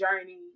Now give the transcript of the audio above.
journey